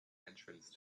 entrance